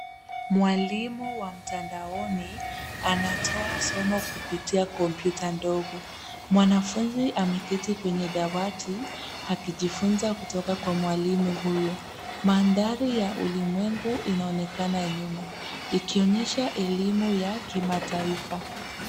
Mwalimu wa mtandaoni anatoa somo kupitia kompyuta ndogo. Mwanafunzi ameketi kwenye dawati, akijifunza kutoka kwa mwalimu huyo. Mandhari ya ulimwengu inaonekana nyuma, ikionyesha elimu ya kimataifa.